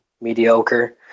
mediocre